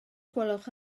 gwelwch